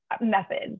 methods